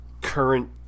current